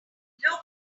local